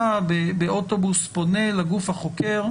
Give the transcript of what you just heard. השאלה מה העוצמות של הפער וההבדל.